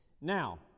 Now